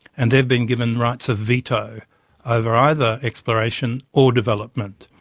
and they've been given rights of veto over either exploration or development.